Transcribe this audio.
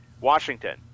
Washington